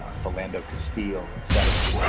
ah philando castile, et cetera.